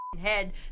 head